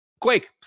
Quake